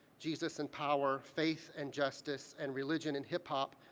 jesus and power, faith and justice, and religion and hip hop,